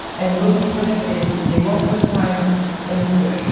and will be renovated they won't put time into it.